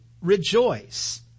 rejoice